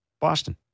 Boston